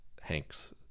Hanks